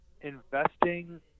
investing